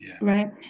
right